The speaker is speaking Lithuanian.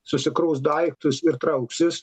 susikraus daiktus ir trauksis